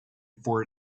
for